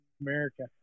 America